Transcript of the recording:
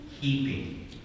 keeping